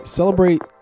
celebrate